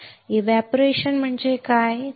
तर एव्हपोरेशन बरोबर काय आहे